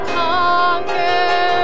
conquer